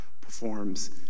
performs